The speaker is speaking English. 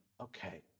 Okay